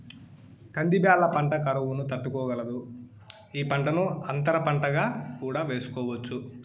కంది బ్యాళ్ళ పంట కరువును తట్టుకోగలదు, ఈ పంటను అంతర పంటగా కూడా వేసుకోవచ్చు